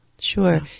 Sure